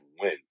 win